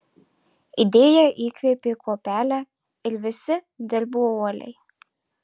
idėja įkvėpė kuopelę ir visi dirbo uoliai